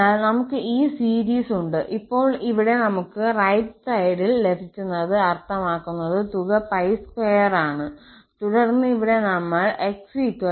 അതിനാൽ നമുക്ക് ഈ സീരീസ് ഉണ്ട് ഇപ്പോൾ ഇവിടെ നമുക്ക് റൈറ്റ് സൈഡിൽ ലഭിക്കുന്നത് അർത്ഥമാക്കുന്നത് തുക 2 ആണ് തുടർന്ന് ഇവിടെ നമ്മൾ 𝑥± ഇടും